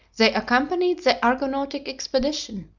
they accompanied the argonautic expedition.